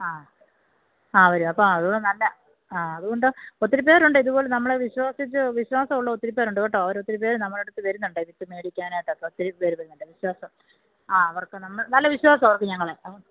ആ ആ വരും അപ്പോൾ അതു നല്ല ആ അതുകൊണ്ടും ഒത്തിരി പേരുണ്ട് ഇതുപോലെ നമ്മളെ വിശ്വാസിച്ച് വിശ്വാസമുള്ള ഒത്തിരി പേരുണ്ട് കേട്ടോ അവരൊത്തിരി പേര് നമ്മളടുത്തു വരുന്നുണ്ട് വിത്തു മേടിക്കാനായിട്ടൊക്കെ ഒത്തിരി പേര് വരുന്നുണ്ട് വിശ്വാസം ആ അവർക്ക് നമ്മൾ നല്ല വിശ്വാസമാണ് ഞങ്ങളെ അതുകൊണ്ട്